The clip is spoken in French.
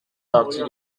partie